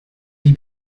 die